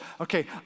okay